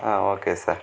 okay sir